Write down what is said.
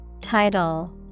Title